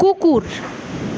কুকুর